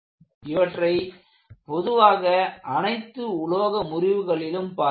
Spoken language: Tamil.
இவற்றைப் பொதுவாக அனைத்து உலோக முறிவுகளிலும் பார்க்கலாம்